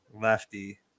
Lefty